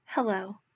Hello